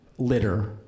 Litter